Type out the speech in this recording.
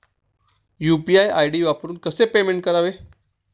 UPI ID वापरून कसे payment करावे?